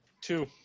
two